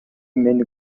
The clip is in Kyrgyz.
мени